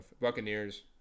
Buccaneers